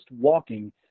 walking